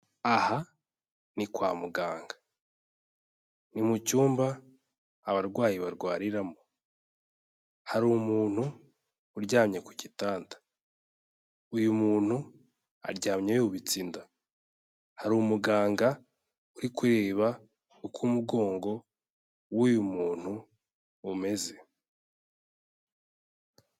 Aha ni kwa muganga, ni mu cyumba abarwayi barwariramo, hari umuntu uryamye ku gitanda, uyu muntu aryamye yubitse inda, hari umuganga uri kureba uko umugongo w'uyu muntu umeze.